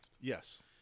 Yes